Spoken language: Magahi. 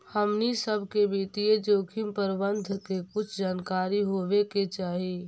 हमनी सब के वित्तीय जोखिम प्रबंधन के कुछ जानकारी होवे के चाहि